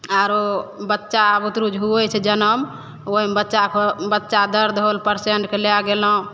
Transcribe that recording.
आरो बच्चा बुतरू जे होइ छै जनम ओहिमे बच्चाके बच्चा दर्द होल पेसेन्टके लए गेलहुॅं